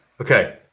okay